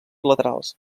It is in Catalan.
laterals